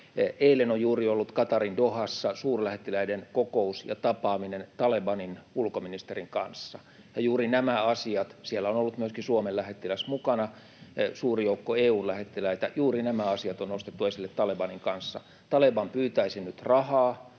Eilen on juuri ollut Qatarin Dohassa suurlähettiläiden kokous ja tapaaminen Talebanin ulkoministerin kanssa — siellä on ollut myöskin Suomen lähettiläs mukana, suuri joukko EU-lähettiläitä — ja juuri nämä asiat on nostettu esille Talebanin kanssa. Taleban pyytäisi nyt rahaa